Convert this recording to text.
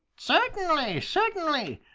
certainly, certainly.